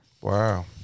Wow